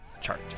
chart